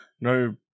no